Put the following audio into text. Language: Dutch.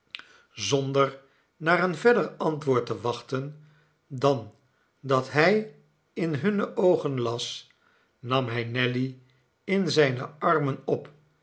zonder naar verder antwoord te wachten dan dat hij in hunne oogen las nam hij nelly in zijne armen op